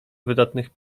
wydatnych